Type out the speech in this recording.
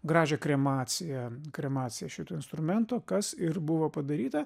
gražią kremaciją kremaciją šito instrumento kas ir buvo padaryta